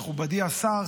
מכובדי השר,